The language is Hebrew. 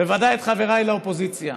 בוודאי את חבריי לאופוזיציה.